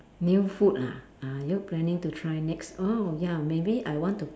new food ah are you planning to try next oh ya maybe I want to